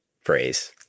phrase